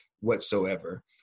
whatsoever